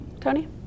Tony